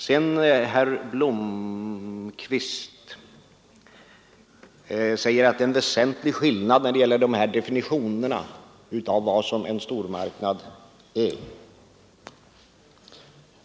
Herr Blomkvist sade att det är en väsentlig skillnad när det gäller definitionerna av vad en stormarknad är.